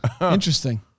Interesting